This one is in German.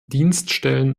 dienststellen